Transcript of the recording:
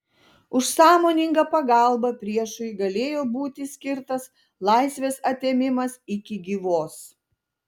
už sąmoningą pagalbą priešui galėjo būti skirtas laisvės atėmimas iki gyvos